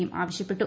യും ആവശ്യപ്പെട്ടു